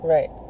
Right